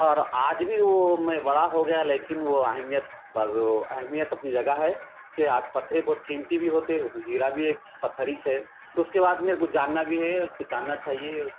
اور آج بھی وہ میں بڑا ہو گیا لیکن وہ اہمیت بعض وہ اہمیت اپنی جگہ ہے کہ آج پتھریں بہت قیمتی بھى ہوتے ہيرا بھى ايک پتّھر ہی ہے تو اس كے بعد میں کچھ جاننا بھی ہے اس کو جاننا چاہیے